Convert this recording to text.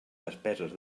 despeses